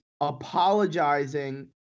apologizing